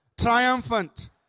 triumphant